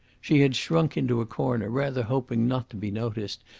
she had shrunk into a corner, rather hoping not to be noticed,